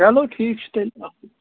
چلو ٹھیٖک چھُ تیٚلہِ اَصٕل